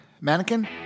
Mannequin